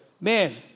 Man